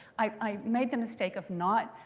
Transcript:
i made the mistake of not